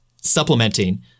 supplementing